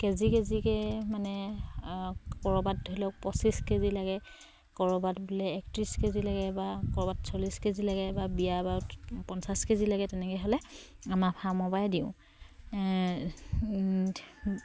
KG কেজিকে মানে ক'ৰবাত ধৰি লওক পঁচিছ কেজি লাগে ক'ৰবাত বোলে একত্ৰিছ কেজি লাগে বা ক'ৰবাত চল্লিছ কেজি লাগে বা বিয়া বাৰুত পঞ্চাছ কেজি লাগে তেনেকে হ'লে আমাৰ ফাৰ্মৰ পৰাই দিওঁ